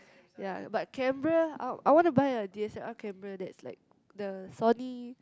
ya but camera I I want to buy a D_S_L_R camera that's like the Sony